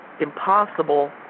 impossible